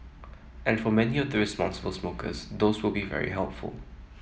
and for many of the responsible smokers those will be very helpful